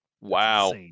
Wow